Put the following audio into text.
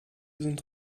sind